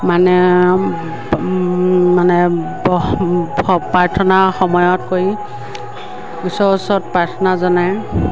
মানে মানে প্ৰাৰ্থনা সময়ত কৰি ঈশ্ৱৰৰ ওচৰত প্ৰাৰ্থনা জনায়